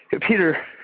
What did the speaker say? Peter